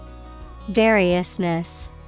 Variousness